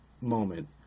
moment